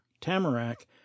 tamarack